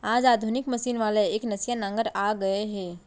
आज आधुनिक मसीन वाला एकनसिया नांगर आ गए हे